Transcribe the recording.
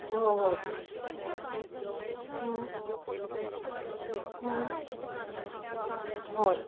ꯍꯣ ꯍꯣꯏ ꯎꯝ ꯎꯝ ꯍꯣꯏ